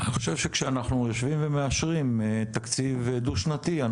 אני חושב שכשאנחנו יושבים ומאשרים תקציב דו-שנתי,